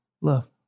love